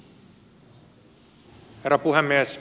herra puhemies